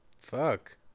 Fuck